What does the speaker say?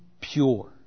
pure